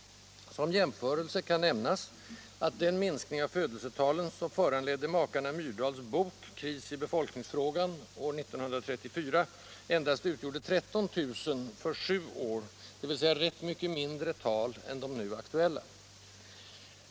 Som jämförelse kan nämnas att den minskning av födelsetalen, som år 1934 föranledde makarna Myrdals bok Kris i befolkningsfrågan, endast utgjorde 13 000 under en sjuårsperiod, dvs. rätt mycket mindre tal än de nu aktuella.